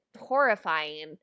horrifying